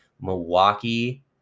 milwaukee